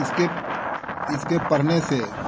इसके इसके पढ़ने से